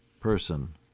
person